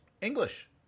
English